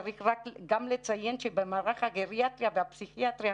צריך גם לציין שבמערך הגריאטריה והפסיכיאטריה